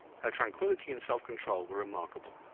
her tranquillity and self-control were remarkable,